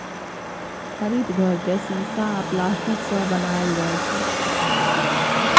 हरित घर केँ शीशा आ प्लास्टिकसँ बनाएल जाइ छै